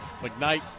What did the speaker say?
McKnight